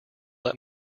let